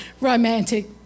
romantic